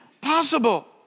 possible